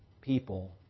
people